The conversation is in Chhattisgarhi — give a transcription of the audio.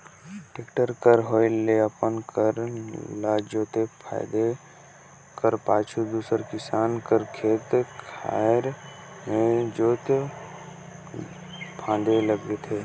टेक्टर कर होए ले अपन कर ल जोते फादे कर पाछू दूसर किसान कर खेत खाएर मे जोते फादे लगथे